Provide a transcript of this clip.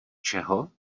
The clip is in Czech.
čeho